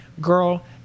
Girl